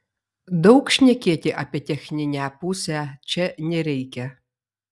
daug šnekėti apie techninę pusę čia nereikia